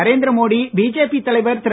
Narendra Modi BJP தலைவர் திரு